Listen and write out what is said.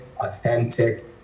authentic